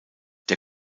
der